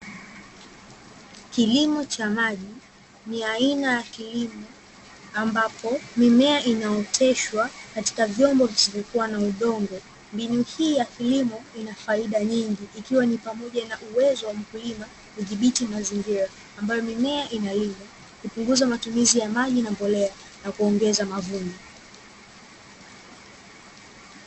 Kilimo cha maji ni aina ya kilimo ambapo mimea inaoteshwa katika vyombo visivyokuwa na udongo. Mbinu hii ya kilimo ina faida nyingi, ikiwa ni pamoja na: uwezo wa mkulima kudhibiti mazingira ambayo mimea inalimwa, kupunguza matumizi ya maji na mbolea, na kuongeza mavuno.